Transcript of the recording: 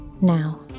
Now